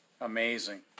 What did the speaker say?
Amazing